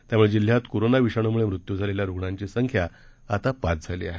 त्यामुळे जिल्ह्यात कोरोना विषाणुमुळे मृत्यू झालेल्या रुग्णांची संख्या आता पाच झाली आहे